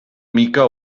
mica